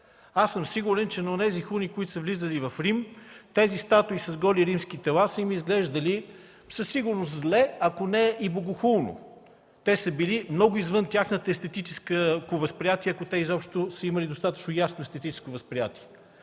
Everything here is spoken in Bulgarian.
съм, че на онези хуни, които са влизали в Рим, тези статуи с голи римски тела са им изглеждали със сигурност зле, ако не и богохулно. Те са били много извън тяхното естетическо възприятие, ако изобщо са имали достатъчно ясно естетическо възприятие.